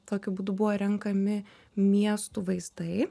tokiu būdu buvo renkami miestų vaizdai